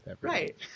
right